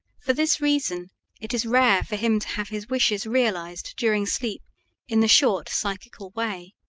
for this reason it is rare for him to have his wishes realized during sleep in the short psychical way.